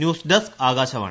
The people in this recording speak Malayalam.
news desk Akashvani